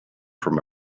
from